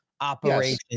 operation